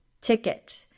ticket